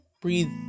breathe